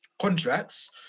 contracts